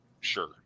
Sure